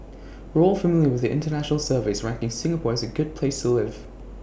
we're all familiar with the International surveys ranking Singapore as A good place to live